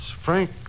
Frank